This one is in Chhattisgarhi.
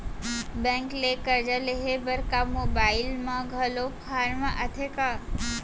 बैंक ले करजा लेहे बर का मोबाइल म घलो फार्म आथे का?